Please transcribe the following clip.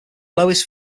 lowest